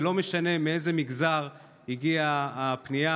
ולא משנה מאיזה מגזר הגיעה הפנייה.